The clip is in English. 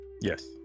Yes